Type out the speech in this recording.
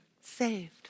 saved